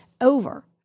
over